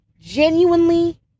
genuinely